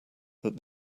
but